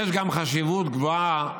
יש גם חשיבות גבוהה